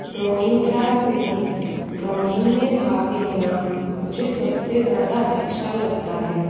drawing class में drawing में भाग लेना मुझे सबसे ज़्यादा अच्छा लगता है